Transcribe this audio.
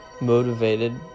motivated